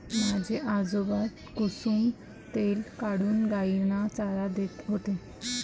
माझे आजोबा कुसुम तेल काढून गायींना चारा देत होते